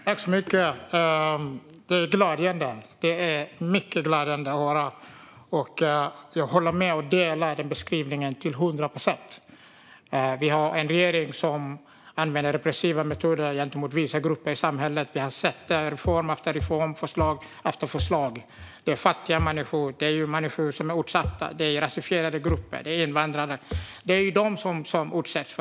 Herr talman! Det är mycket glädjande att höra. Jag håller med om och delar den beskrivningen till hundra procent. Sverige har en regering som använder repressiva metoder gentemot vissa grupper i samhället. Vi har sett det i reform efter reform, förslag efter förslag. Fattiga människor, människor som är utsatta, rasifierade grupper, invandrare - det är de som utsätts.